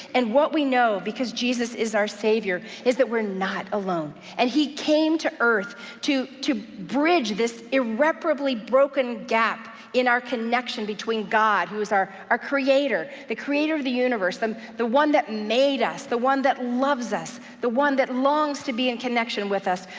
and what we know, because jesus is our savior, is that we're not alone, and he came to earth to to bridge this irreparably broken gap in our connection between god, who is our our creator, the creator of the universe, the one that made us, the one that loves us, the one that longs to be in connection with us,